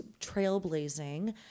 trailblazing